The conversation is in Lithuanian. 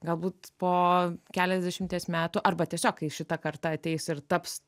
galbūt po keliasdešimties metų arba tiesiog kai šita karta ateis ir taps